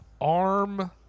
arm –